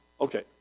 Okay